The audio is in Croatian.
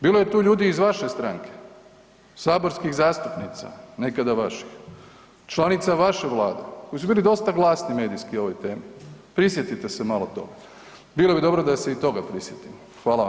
Bilo je tu ljudi i iz vaše stranke, saborskih zastupnica nekada vaših, članica vaše vlade koji su bili dosta glasni medijski o ovoj temi, prisjetite se malo toga, bilo bi dobro da se i toga prisjetimo.